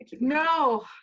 no